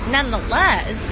Nonetheless